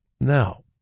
Now